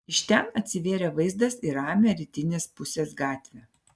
iš ten atsivėrė vaizdas į ramią rytinės pusės gatvę